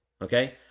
Okay